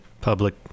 public